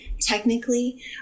technically